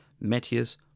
Metius